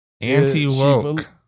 Anti-woke